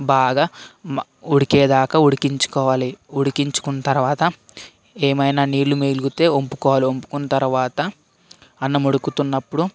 బాగా ఉడికేదాకా ఉడికించుకోవాలి ఉడికించుకున్న తర్వాత ఏమైనా నీళ్లు మిగులుతే వంపుకోవాలి వంపుకున్న తర్వాత అన్నం ఉడుకుతున్నప్పుడు